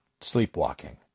sleepwalking